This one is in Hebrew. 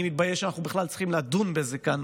אני מתבייש שאנחנו בכלל צריכים לדון בזה כאן